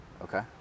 Okay